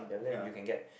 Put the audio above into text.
ya